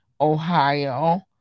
Ohio